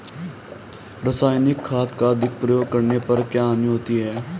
रासायनिक खाद का अधिक प्रयोग करने पर क्या हानि होती है?